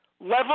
level